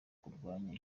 kurwanya